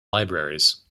libraries